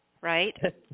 right